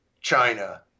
China